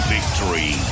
Victory